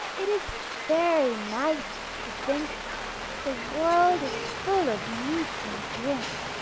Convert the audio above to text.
it is very nice to think the world is full of meat and drink,